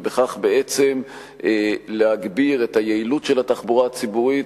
ובכך בעצם להגביר את היעילות של התחבורה הציבורית,